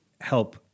help